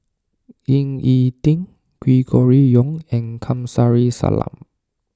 Ying E Ding Gregory Yong and Kamsari Salam